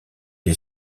est